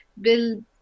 build